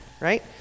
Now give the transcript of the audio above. right